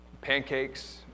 pancakes